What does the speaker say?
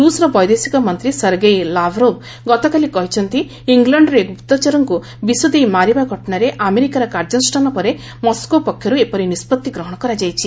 ରୁଷ୍ର ବୈଦେଶିକ ମନ୍ତ୍ରୀ ସର୍ଗେଇ ଲାଭରୋଭ୍ ଗତକାଲି କହିଛନ୍ତି ଇଲଣ୍ଡରେ ଗୁପ୍ତଚରଙ୍କୁ ବିଷ ଦେଇ ମାରିବା ଘଟଣାରେ ଆମେରିକାର କାର୍ଯ୍ୟାନୁଷ୍ଠାନ ପରେ ମସ୍କୋ ପକ୍ଷରୁ ଏପରି ନିଷ୍ପଭି ଗ୍ରହଣ କରାଯାଇଛି